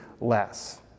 less